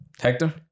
Hector